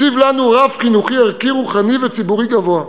הציב לנו רף חינוכי, ערכי, רוחני וציבורי גבוה.